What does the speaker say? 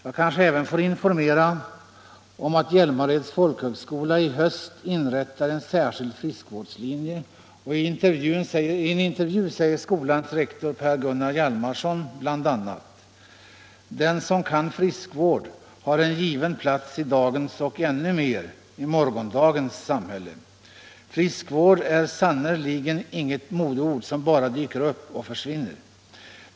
Jag kanske även får informera om att Hjälmareds folkhögskola i höst inrättar en särskild friskvårdslinje. I en intervju säger skolans rektor Per-Gunnar Hjalmarsson bl.a.: ”Den som kan friskvård har en given plats i dagens och ännu mer i morgondagens samhälle. Friskvård är sannerligen inget modeord som bara dyker upp och försvinner.